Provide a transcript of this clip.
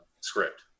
script